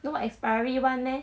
no expiry [one] meh